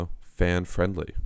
fan-friendly